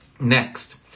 next